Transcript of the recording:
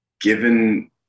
Given